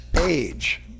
Age